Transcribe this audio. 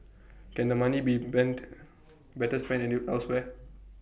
can the money be bent better spent any elsewhere